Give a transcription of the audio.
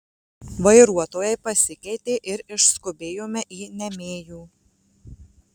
vairuotojai pasikeitė ir išskubėjome į niamėjų